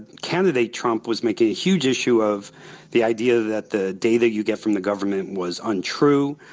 candidate trump was making a huge issue of the idea that the data you get from the government was untrue,